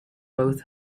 both